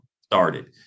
started